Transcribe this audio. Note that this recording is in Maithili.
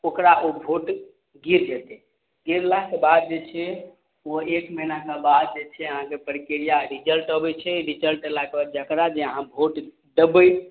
ओकरा ओ वोट गिर जेतय गिरलाके बाद जे छै ओ एक महीनाके बाद जे छै अहाँके प्रक्रिया रिजल्ट अबय छै रिजल्ट अयलाके बाद जकरा जे अहाँ वोट देबय